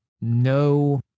no